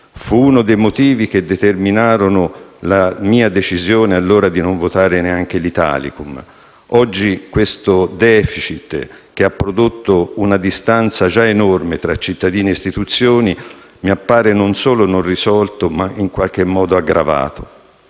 Fu uno dei motivi che determinarono la mia decisione all'epoca di non votare neanche l'Italicum. Oggi questo *deficit*, che ha già prodotto una distanza enorme tra cittadini e istituzioni, mi appare non solo non risolto, ma in qualche modo aggravato.